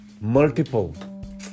multiple